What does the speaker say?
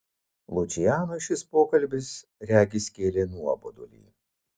lučianui šis pokalbis regis kėlė nuobodulį